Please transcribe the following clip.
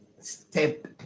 step